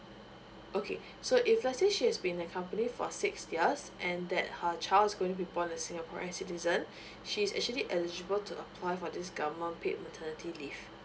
okay so if let's say she has been a company for six years and that her child is going to be born a singaporean citizen she's actually eligible to apply for this government paid maternity leave